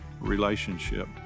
relationship